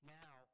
now